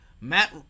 Matt